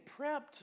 prepped